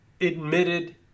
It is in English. admitted